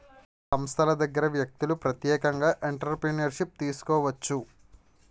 సంస్థల దగ్గర వ్యక్తులు ప్రత్యేకంగా ఎంటర్ప్రిన్యూర్షిప్ను తీసుకోవచ్చు